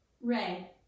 Ray